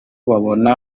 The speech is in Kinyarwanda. babona